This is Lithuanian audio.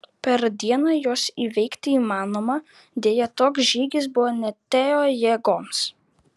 per dieną juos įveikti įmanoma deja toks žygis buvo ne teo jėgoms